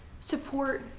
support